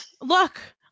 Look